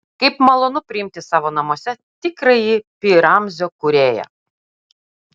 kaip malonu priimti savo namuose tikrąjį pi ramzio kūrėją